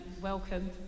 welcome